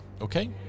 Okay